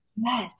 Yes